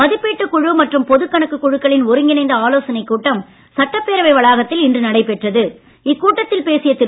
மதிப்பீட்டுக் குழு மற்றும் பொதுக் கணக்குக் குழுக்களின் ஒருங்கிணைந்த ஆலோசனைக் கூட்டம் சட்டப்பேரவை வளாகத்தில் இன்று நடைபெற்றது இக்கூட்டத்தில் பேசிய திரு